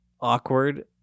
awkward